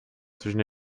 zwischen